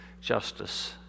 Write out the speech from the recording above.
justice